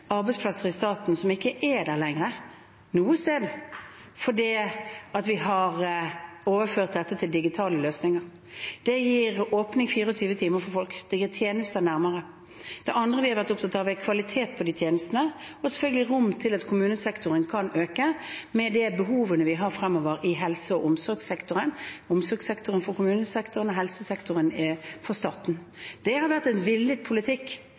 arbeidsplasser i staten som ikke er der lenger, ikke noe sted, fordi vi har overført dette til digitale løsninger. Det gir åpning 24 timer i døgnet for folk. Det gir tjenester nærmere. Det andre vi har vært opptatt av, er kvaliteten på de tjenestene, og selvfølgelig rom til at kommunesektoren kan øke med de behovene vi har framover i helse- og omsorgssektoren. Omsorgssektoren for kommunesektoren, og helsesektoren er for staten. Det har vært en villet politikk.